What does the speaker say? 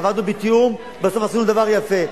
עבדנו בתיאום, בסוף עשינו דבר יפה.